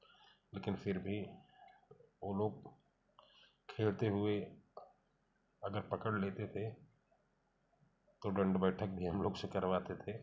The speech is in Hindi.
लेकिन फिर भी वे लोग खेलते हुए अगर पकड़ लेते थे तो दंड बैठक भी हम लोग से करवाते थे